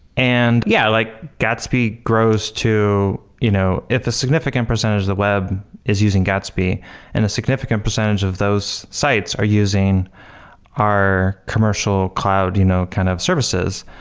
and yeah, like gatsby grows to you know if a significant percentage of the web is using gatsby and a significant percentage of those sites are using our commercial cloud you know kind of services,